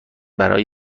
برای